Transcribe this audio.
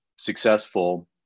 Successful